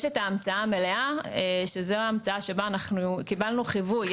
יש את ההמצאה המלאה שזו ההמצאה בה אנחנו קיבלנו חיווי,